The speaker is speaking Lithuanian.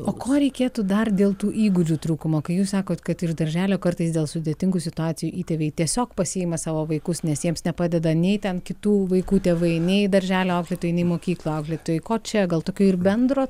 o ko reikėtų dar dėl tų įgūdžių trūkumo kai jūs sakot kad ir darželio kartais dėl sudėtingų situacijų įtėviai tiesiog pasiima savo vaikus nes jiems nepadeda nei ten kitų vaikų tėvai nei darželio auklėtojai nei mokyklų auklėtojai ko čia gal tokio ir bendro